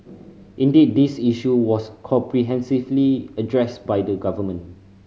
indeed this issue was comprehensively addressed by the government